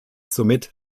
somit